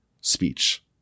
speech